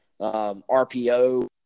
RPO